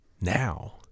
now